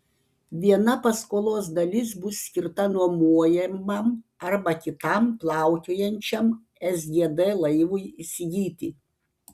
viena paskolos dalis bus skirta nuomojamam arba kitam plaukiojančiam sgd laivui įsigyti